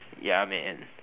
ya man